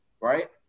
right